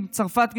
צרפת,